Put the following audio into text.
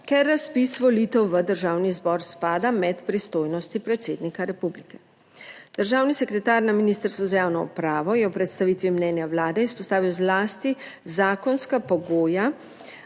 ker razpis volitev v Državni zbor spada med pristojnosti predsednika republike. Državni sekretar na Ministrstvu za javno upravo je v predstavitvi mnenja Vlade izpostavil zlasti zakonska pogoja,